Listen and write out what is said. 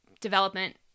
development